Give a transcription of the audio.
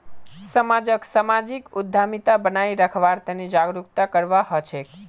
समाजक सामाजिक उद्यमिता बनाए रखवार तने जागरूकता करवा हछेक